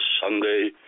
Sunday